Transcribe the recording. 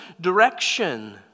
direction